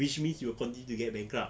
which means you continue to get bankrupt